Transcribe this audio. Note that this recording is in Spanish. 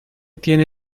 tiene